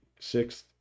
Sixth